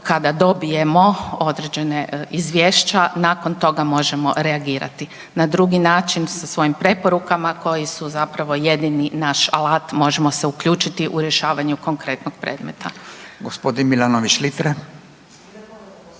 kada dobijemo određene izvješća, nakon toga možemo reagirati. Na drugi način sa svojim preporukama koji su zapravo jedini naš alat, možemo se uključiti u rješavanje konkretnog predmeta.